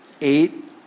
Eight